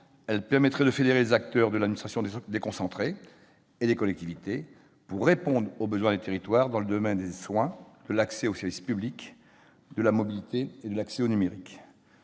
agence permettrait de fédérer les acteurs de l'administration déconcentrée et des collectivités pour répondre aux besoins des territoires dans le domaine des soins, de l'accès aux services publics, de la mobilité et de l'accès au numérique.